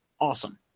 awesome